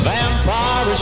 Vampire